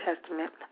Testament